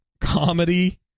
comedy